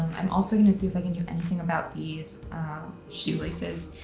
i'm also gonna see if i can do anything about these shoelaces.